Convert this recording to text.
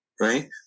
right